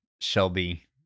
Shelby